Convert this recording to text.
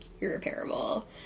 irreparable